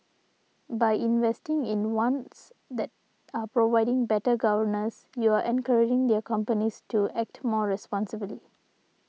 by investing in ones that are providing better governance you're encouraging their companies to act more responsibly